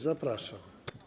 Zapraszam.